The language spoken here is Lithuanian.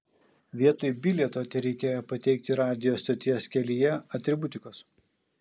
vietoj bilieto tereikėjo pateikti radijo stoties kelyje atributikos